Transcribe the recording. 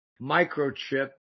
Microchip